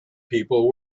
people